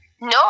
No